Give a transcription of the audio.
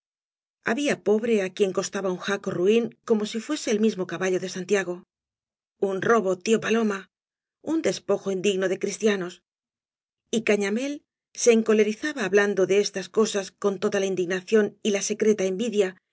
había pobre á quien costaba uh jaco ruin como si fuese el mismo caballo da santiago un robo tío paloma un despojo indígf no de cristianos y cañamél se encolerizaba ha blando de estas cosas con toda la indignación la secreta envidia